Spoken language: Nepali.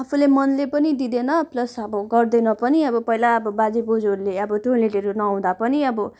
आफूले मनले पनि दिँदैन प्लस अब गर्दैन पनि अब पहिला अब बाजेबोजुहरूले अब टोइलेटहरू नहुँदा पनि अब